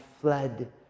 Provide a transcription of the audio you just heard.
fled